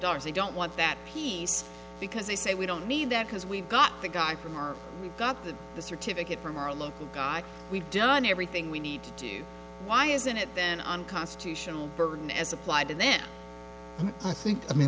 dollars they don't want that piece because they say we don't need that because we've got the guy from our we've got the certificate from our local guy we've done everything we need to do why isn't it then unconstitutional burden as applied and then i